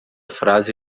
frase